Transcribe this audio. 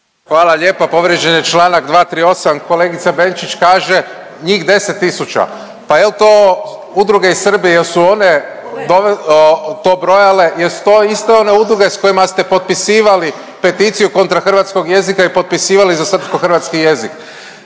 Hvala lijepa, povrijeđen je čl. 238., kolegica Benčić kaže, njih 10 tisuća. Pa jel to udruge iz Srbije jesu one dove…, to brojale, jesu to iste one udruge s kojima ste potpisivali peticiju kontra hrvatskog jezika i potpisivali za srpskohrvatski jezik.